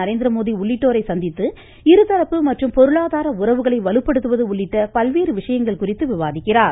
நரேந்திரமோடி உள்ளிட்டோரை சந்தித்து இருதரப்பு மற்றும் பொருளாதார உறவுகளை வலுப்படுத்துவது உள்ளிட்ட பல்வேறு விசயங்கள் குறித்து விவாதிக்கிறார்